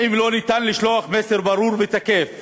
האם לא ניתן לשלוח מסר ברור ותקיף